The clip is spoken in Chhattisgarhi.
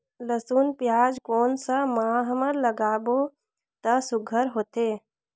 लसुन पियाज कोन सा माह म लागाबो त सुघ्घर होथे?